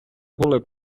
були